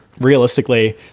realistically